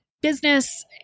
business